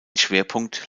schwerpunkt